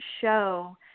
show